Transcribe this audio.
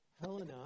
Helena